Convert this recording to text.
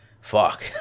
fuck